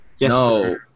No